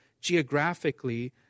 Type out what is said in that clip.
geographically